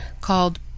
called